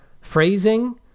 phrasing